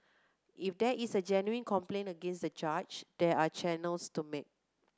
if there is a genuine complaint against the judge there are channels to make